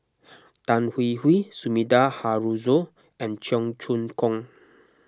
Tan Hwee Hwee Sumida Haruzo and Cheong Choong Kong